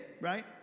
right